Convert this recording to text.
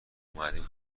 اومدیم